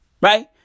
right